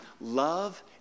love